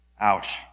Ouch